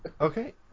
Okay